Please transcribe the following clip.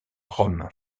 rome